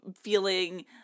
feeling –